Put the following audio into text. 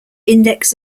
index